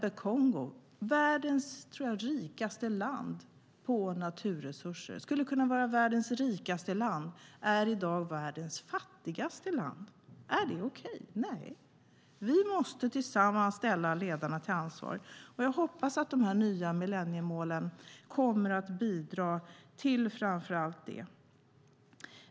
Det är världens rikaste land i fråga om naturresurser men är i dag världens fattigaste land. Är det okej? Nej. Vi måste tillsammans ställa ledarna till ansvar. Jag hoppas att de nya millenniemålen kommer att bidra till framför allt det.